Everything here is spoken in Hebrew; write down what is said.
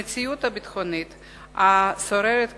במציאות הביטחונית השוררת כיום,